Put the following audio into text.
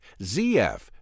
ZF